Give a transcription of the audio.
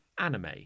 anime